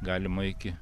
galima iki